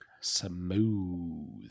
Smooth